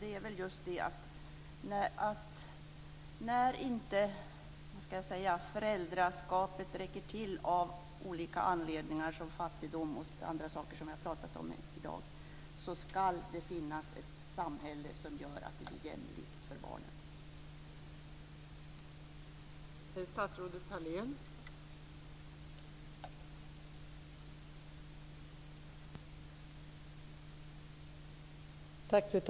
Det är väl just detta att när föräldraskapet inte räcker till av olika anledningar, som fattigdom och annat som jag har talat om i dag, ska det finnas ett samhälle som gör att det blir jämlikt för barnen.